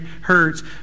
hurts